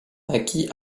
naquit